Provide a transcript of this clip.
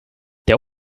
der